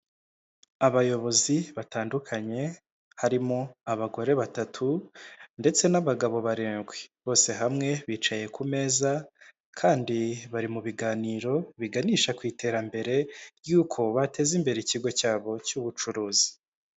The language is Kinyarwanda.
Abayobozi batandukanye, harimo abagore batatu ndetse n'abagabo barindwi, bose hamwe bicaye ku meza kandi bari mu biganiro biganisha ku iterambere ry'uko bateza imbere ikigo cyabo cy'ubucuruzi.